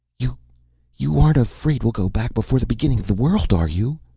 you you aren't afraid we'll go back before the beginning of the world, are you?